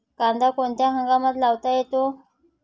कांदा कोणत्या हंगामात लावता येतो?